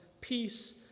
peace